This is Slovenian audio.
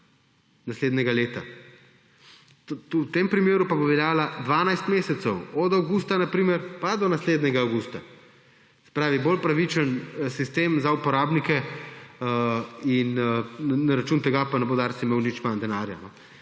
naslednjega leta. V tem primeru pa bo veljala dvanajst mesecev, na primer od avgusta pa do naslednjega avgusta. Se pravi, bolj pravičen sistem za uporabnike, na račun tega pa ne bo Dars imel nič manj denarja.